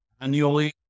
annually